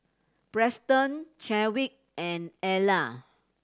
Preston Chadwick and Ellar